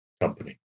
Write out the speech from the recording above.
company